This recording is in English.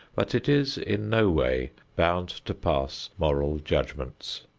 but it is in no way bound to pass moral judgments.